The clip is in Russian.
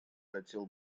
хотел